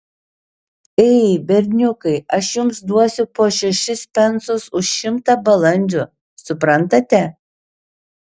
ei berniukai aš jums duosiu po šešis pensus už šimtą balandžių suprantate